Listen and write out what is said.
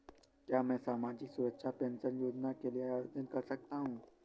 क्या मैं सामाजिक सुरक्षा पेंशन योजना के लिए आवेदन कर सकता हूँ?